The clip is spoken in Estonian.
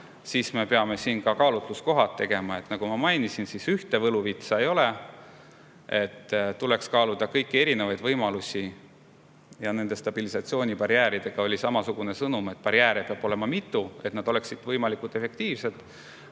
siis me peame kaalutluskohad tegema. Nagu ma mainisin, ühte võluvitsa ei ole. Tuleks kaaluda kõiki erinevaid võimalusi. Ja nende stabilisatsioonibarjääride puhul oli samasugune sõnum: barjääre peab olema mitu, et need oleksid võimalikult efektiivsed.